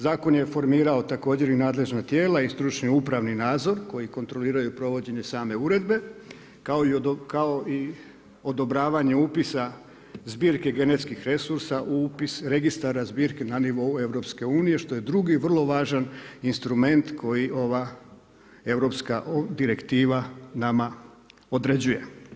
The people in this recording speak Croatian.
Zakon je formirao također i nadležna tijela i stručni upravni nadzor koji kontroliraju provođenje same uredbe kao i odobravanje upisa zbirke genetskih resursa u upis registara zbirke na nivou EU-a što je drugi vrlo važan instrument koji ova europska direktiva nama određuje.